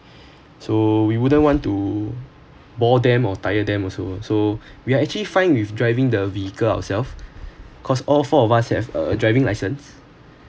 so we wouldn't want to bore them or tire them also so we are actually fine with driving the vehicle ourselves because all four of us have a driving license